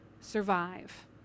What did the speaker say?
survive